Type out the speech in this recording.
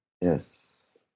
Yes